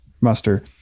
muster